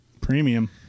Premium